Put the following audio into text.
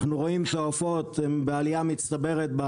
אנחנו רואים שהעופות הם בעלייה מצטברת,